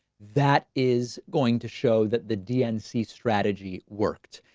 that is going to show that the dnc strategy worked.